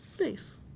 Nice